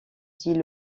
dit